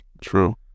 True